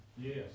Yes